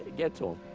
get to him.